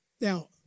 Now